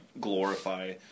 glorify